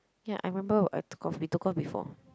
ya I remember I took off we took off before